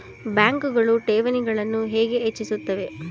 ಬ್ಯಾಂಕುಗಳು ಠೇವಣಿಗಳನ್ನು ಹೇಗೆ ಹೆಚ್ಚಿಸುತ್ತವೆ?